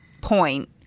point